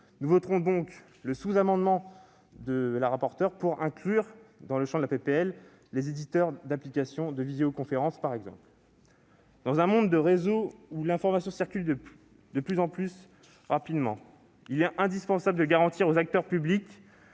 Nous voterons donc pour le sous-amendement de la rapporteure, afin d'inclure, dans le champ de la proposition de loi, les éditeurs d'application de visioconférence, par exemple. Dans un monde de réseaux, où l'information circule de plus en plus rapidement, il est indispensable de garantir aux acteurs publics